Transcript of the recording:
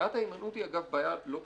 בעיית ההימנעות, אגב, היא בעיה לא פשוטה.